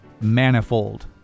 manifold